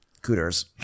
Cooters